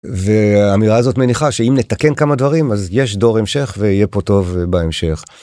ואמירה הזאת מניחה שאם נתקן כמה דברים אז יש דור המשך ויהיה פה טוב בהמשך.